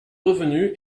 revenus